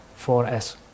4S